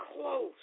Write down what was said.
close